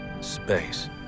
Space